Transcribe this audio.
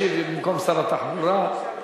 ישיב במקום שר התחבורה.